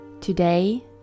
Today